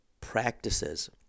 practices